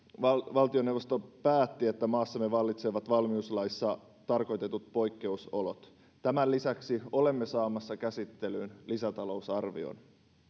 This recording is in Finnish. valtioneuvosto päätti että maassamme vallitsevat valmiuslaissa tarkoitetut poikkeusolot tämän lisäksi olemme saamassa käsittelyyn lisätalousarvion